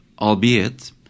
Albeit